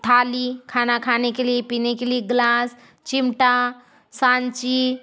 थाली खाना खाने के लिए पीने के लिए ग्लास चिमटा सांची